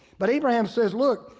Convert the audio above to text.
but abraham says, look,